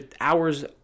hours